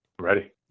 Ready